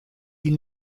ils